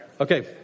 Okay